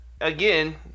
again